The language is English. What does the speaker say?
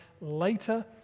later